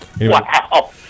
Wow